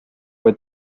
kui